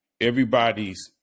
everybody's